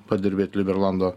padirbėt liberalando